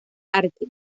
arte